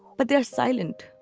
but they're silent.